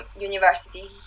university